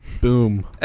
Boom